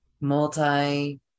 multi